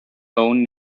own